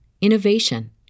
innovation